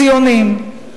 ציונים,